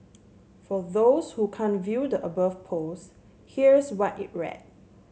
for those who can't view the above post here's what it read